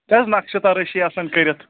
یُس حظ نَقشہِ دارَے چھِ آسَان کٔرِتھ